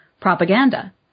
propaganda